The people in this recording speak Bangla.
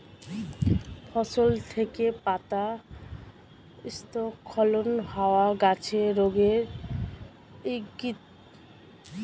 ফসল থেকে পাতা স্খলন হওয়া গাছের রোগের ইংগিত